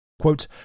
Quote